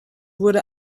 wurde